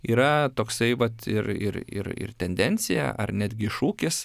yra toksai vat ir ir ir ir tendencija ar netgi šūkis